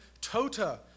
tota